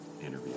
interview